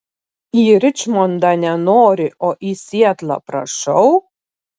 į ričmondą nenori o į sietlą prašau